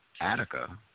Attica